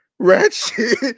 Ratchet